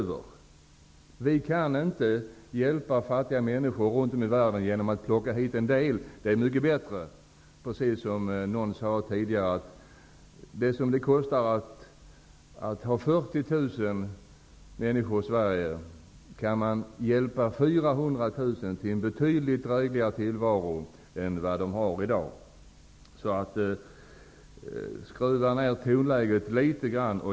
Vi kan inte hjälpa fattiga människor runt om i världen genom att plocka hit en del. Då är det mycket bättre, precis som någon tidigare sade, att för de pengar som det kostar att ha 40 000 människor här i stället hjälpa 400 000 till en betydligt drägligare tillvaro än den som de i dag lever i. Skruva alltså ned tonläget litet grand!